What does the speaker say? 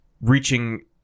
reaching